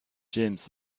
james